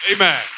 Amen